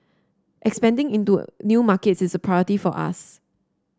expanding into new markets is a priority for us